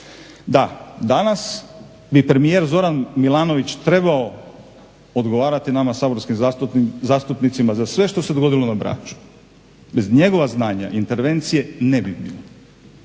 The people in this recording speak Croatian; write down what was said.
Da, danas bi premijer Zoran Milanović trebao odgovarati nama saborskim zastupnicima za sve što se dogodilo na Braču. Bez njegova znanja intervencije ne bi bilo.